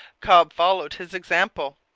cobb followed his example.